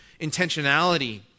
intentionality